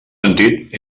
sentit